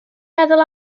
meddwl